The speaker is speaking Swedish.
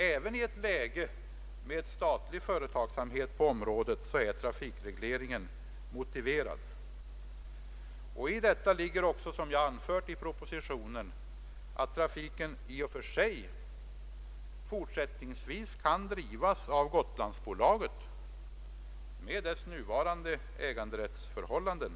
Även i ett läge med statlig företagsamhet på området är trafikregleringen motiverad och däri ligger också som jag anfört i propositionen att trafiken i och för sig fortsättningsvis kan drivas av Gotlandsbolaget med dess nuvarande äganderättsförhållanden.